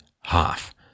half